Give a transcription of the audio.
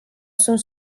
sunt